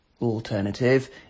alternative